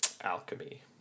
alchemy